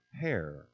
hair